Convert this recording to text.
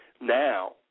Now